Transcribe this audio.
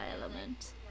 element